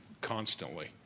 constantly